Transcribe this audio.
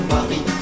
Paris